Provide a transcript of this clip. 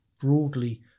broadly